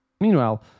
Meanwhile